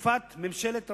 בתקופת ממשלת רבין,